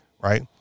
right